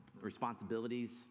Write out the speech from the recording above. responsibilities